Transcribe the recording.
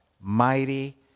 mighty